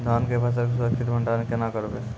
धान के फसल के सुरक्षित भंडारण केना करबै?